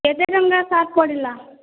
କେତେ ଟଙ୍କା ସାର୍ଟ ପଡ଼ିଲା